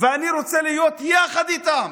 ואני רוצה להיות יחד איתם